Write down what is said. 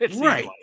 Right